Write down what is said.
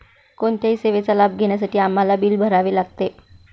कोणत्याही सेवेचा लाभ घेण्यासाठी आम्हाला बिल भरावे लागते